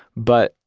but,